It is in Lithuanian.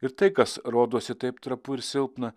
ir tai kas rodosi taip trapu ir silpna